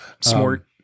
smart